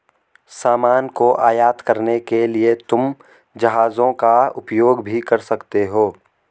सामान को आयात करने के लिए तुम जहाजों का उपयोग भी कर सकते हो